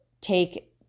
take